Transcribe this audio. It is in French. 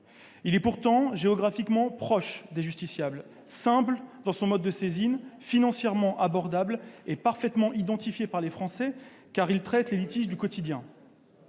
est pourtant géographiquement proche des justiciables, simple dans son mode de saisine, financièrement abordable et parfaitement identifié par les Français, car il traite les litiges du quotidien.